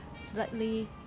slightly